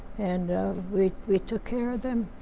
and we we took care of them.